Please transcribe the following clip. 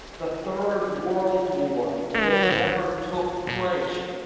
the third world war that never took place,